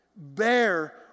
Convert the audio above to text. Bear